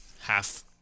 half